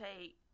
take